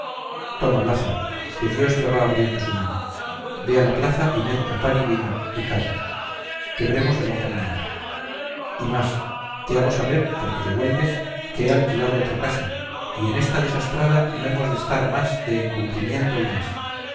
toma lázaro que dios ya va abriendo su mano ve a la plaza y merca pan y vino y carne quebremos el ojo al diablo y más te hago saber porque te huelgues que he alquilado otra casa y en ésta desastrada no hemos de estar más de en cumplimiento el mes